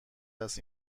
است